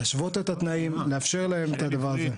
להשוות את התנאים ולאפשר להם את הדבר הזה.